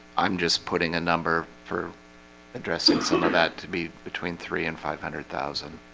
i'm just putting a number for addressing some of that to be between three and five hundred thousand